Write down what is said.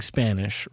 Spanish